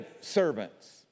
servants